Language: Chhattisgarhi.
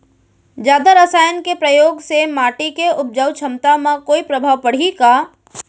जादा रसायन के प्रयोग से माटी के उपजाऊ क्षमता म कोई प्रभाव पड़ही का?